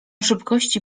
szybkości